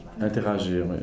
interagir